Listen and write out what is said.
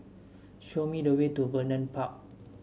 show me the way to Vernon Park